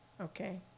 okay